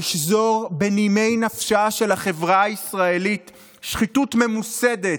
לשזור בנימי נפשה של החברה הישראלית שחיתות ממוסדת,